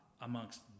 amongst